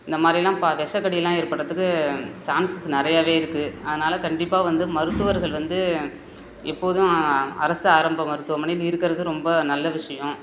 இந்த மாதிரிலாம் பா விஷக்கடிலாம் ஏற்பட்டிறதுக்கு சான்சஸ் நிறையவே இருக்குது அதனால் கண்டிப்பாக வந்து மருத்துவர்கள் வந்து எப்போதும் அரசு ஆரம்ப மருத்துவமனைன்னு இருக்கிறது ரொம்ப நல்ல விஷயம்